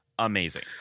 Amazing